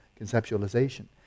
conceptualization